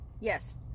Yes